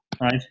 right